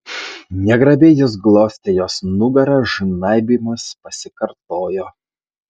negrabiai jis glostė jos nugarą žnaibymas pasikartojo